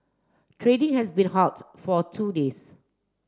trading has been halted for two days